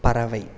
பறவை